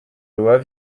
loi